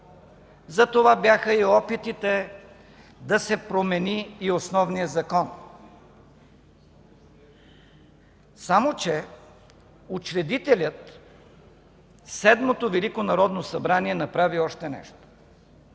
Затова бяха и опитите да се промени и основният закон, само че учредителят – Седмото велико народно събрание, направи още нещо